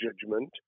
judgment